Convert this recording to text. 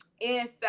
inside